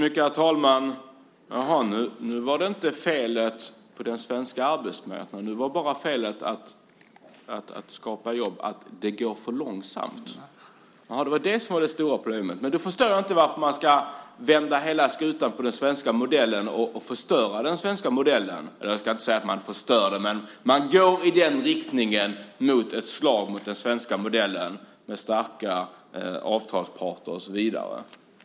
Herr talman! Nu var det inte fel på den svenska arbetsmarknaden, utan nu var felet i fråga om att skapa jobb att det går för långsamt. Det var det som var det stora problemet. Men då förstår jag inte varför man ska vända hela skutan när det gäller den svenska modellen och förstöra den svenska modellen. Jag ska inte säga att man förstör den, men man går i en sådan riktning att det blir ett slag mot den svenska modellen med starka avtalsparter och så vidare.